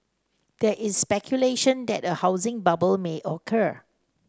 there is speculation that a housing bubble may occur